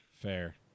Fair